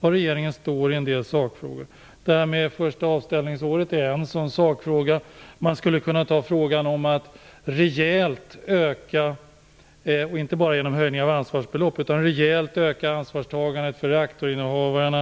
var regeringen står i en del sakfrågor. Det här med det första avställningsåret är en sakfråga. Man skulle också kunna ta frågan om att rejält öka inte bara ansvarsbeloppet utan också ansvarstagandet när det gäller reaktorinnehavarna.